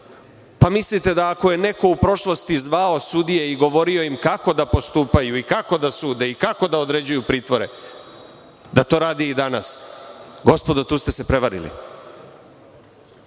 pa mislite da ako je neko u prošlosti zvao sudije i govorio im kako da postupaju i kako da sude i kako da određuju pritvore, da to rade i danas. Gospodo, tu ste se prevarili.